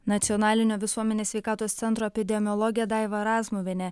nacionalinio visuomenės sveikatos centro epidemiologė daiva razmuvienė